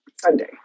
Sunday